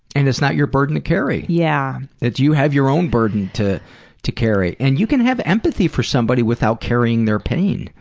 and it's not your burden to carry. yeah you have your own burden to to carry. and you can have empathy for somebody without carrying their pain.